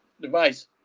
device